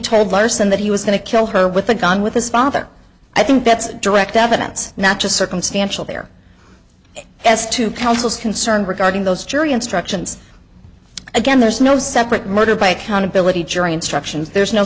told larson that he was going to kill her with a gun with his father i think that's direct evidence not just circumstantial there s to councils concerned regarding those jury instructions again there's no separate murder by accountability jury instructions there's no